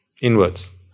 inwards